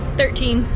thirteen